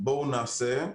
בואו נעשה,